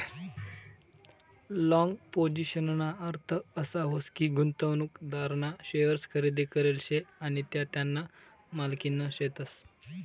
long पोझिशनना अर्थ असा व्हस की, गुंतवणूकदारना शेअर्स खरेदी करेल शे आणि त्या त्याना मालकीना शेतस